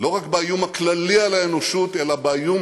לא רק באיום הכללי על האנושות אלא באיום